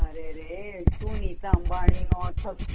અરેરે શું નિતા અંબાણીનો